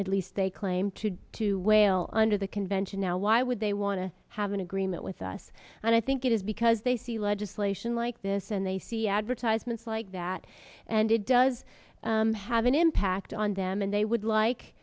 at least they claim to do to whale under the convention now why would they want to have an agreement with us and i think it is because they see legislation like this and they see advertisements like that and it does have an impact on them and they would like